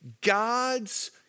God's